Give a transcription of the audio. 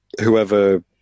whoever